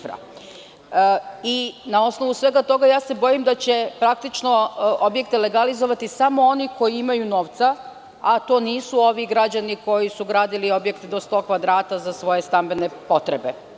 Na osnovu svega toga, bojim se da će praktično objekte legalizovati samo oni koji imaju novca, a to nisu oni građani koji su gradili objekte do 100 kvadrata za svoje stambene potrebe.